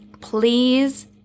Please